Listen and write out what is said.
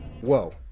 Whoa